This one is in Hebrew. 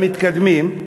למתקדמים,